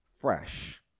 fresh